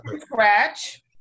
Scratch